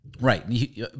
Right